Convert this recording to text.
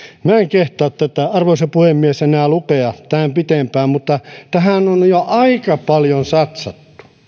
minä en kehtaa tätä arvoisa puhemies enää lukea tämän pitempään mutta tähän on jo aika paljon satsattu